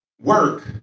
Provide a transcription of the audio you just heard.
work